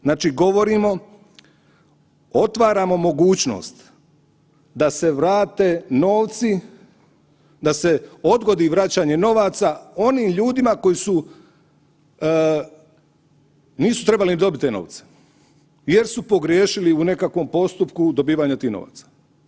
Znači govorimo, otvaramo mogućnost da se vrate novci, da se odgodi vraćanje novaca onim ljudima koji nisu trebali ni dobit te novce jer su pogriješili u nekakvom postupku dobivanja tih novaca.